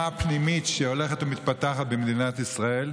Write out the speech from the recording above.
הפנימית שהולכת ומתפתחת במדינת ישראל,